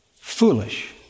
Foolish